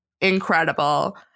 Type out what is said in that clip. incredible